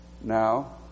Now